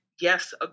yes